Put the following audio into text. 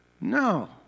no